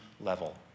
level